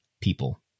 people